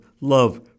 love